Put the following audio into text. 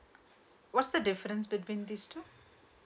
what's the difference between these two